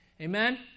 Amen